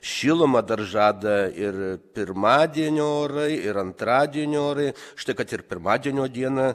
šilumą dar žada ir pirmadienio orai ir antradienio orai štai kad ir pirmadienio dieną